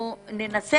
יותר,